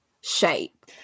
shape